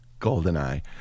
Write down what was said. GoldenEye